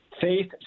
Faith